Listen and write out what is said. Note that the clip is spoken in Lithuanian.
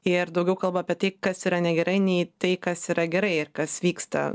ir daugiau kalba apie tai kas yra negerai nei tai kas yra gerai ir kas vyksta